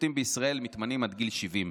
שופטים בישראל מתמנים עד גיל 70,